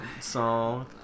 song